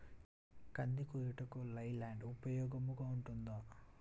కంది కోయుటకు లై ల్యాండ్ ఉపయోగముగా ఉంటుందా?